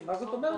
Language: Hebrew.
כי מה זאת אומרת,